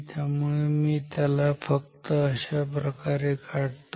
त्यामुळे मी त्याला फक्त अशाप्रकारे काढतो